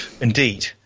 Indeed